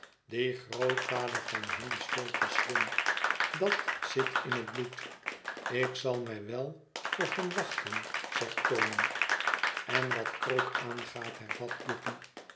grootvader van hem is veel te slim dat zit in het bloed ik zal mij wel voor hem wachten zegt tony en wat krook aangaat hervat guppy